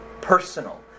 personal